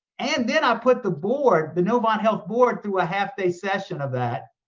and then i put the board, the novant health board, through a half-day session of that.